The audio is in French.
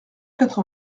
quatre